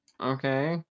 Okay